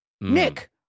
Nick